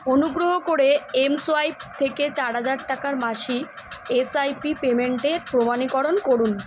অনুগ্রহ করে এমসোয়াইপ থেকে চার হাজার টাকার মাসিক এসআইপি পেমেন্টের প্রমাণীকরণ করুন